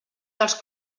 dels